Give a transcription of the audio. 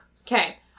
Okay